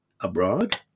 abroad